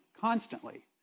constantly